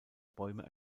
bäume